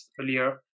earlier